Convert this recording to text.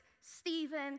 Stephen